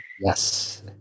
Yes